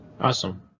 Awesome